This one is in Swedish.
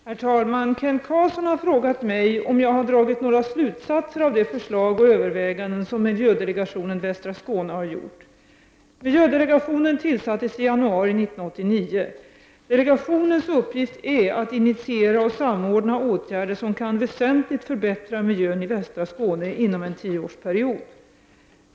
Herr talman! Kent Carlsson har frågat mig om jag har dragit några slutsatser av de förslag och överväganden som miljödelegationen Västra Skåne har gjort. Miljödelegationen tillsattes i januari 1989. Delegationens uppgift är att initiera och samordna åtgärder som kan väsentligt förbättra miljön i västra Skåne inom en tioårsperiod.